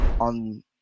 on